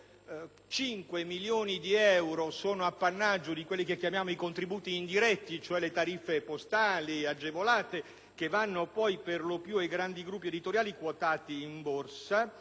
305 milioni di euro sono appannaggio di quelli che definiamo contributi indiretti, cioè le tariffe postali agevolate, che per lo più vanno ai grandi gruppi editoriali quotati in Borsa: